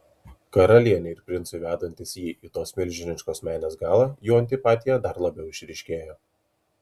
karalienei ir princui vedantis jį į tos milžiniškos menės galą jų antipatija dar labiau išryškėjo